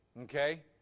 Okay